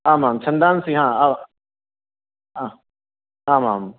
आम् आं छन्दांसि आम् आम्